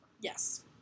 Yes